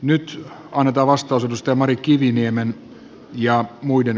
nyt annetaan vastaus mari kiviniemen ynnä muuta